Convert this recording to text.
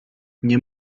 nie